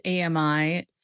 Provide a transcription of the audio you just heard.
AMI